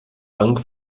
bank